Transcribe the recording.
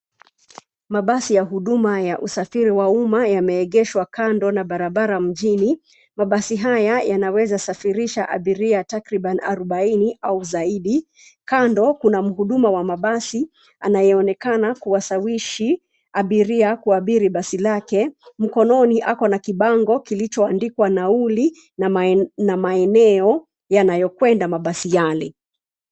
Mabasi ya huduma ya usafiri wa uma yameegeshwa kando na barabara mjini. Mabasi haya yanaweza safirisha abiria takriban arobaini au zaidi. Kando kuna mhudumu wa mabasi anayeonekana kuwashawishi abiria kuabiri basi lake. Mkononi akona kibango kilichoandikwa nauli na maeneo yanayokwenda mabasi yale.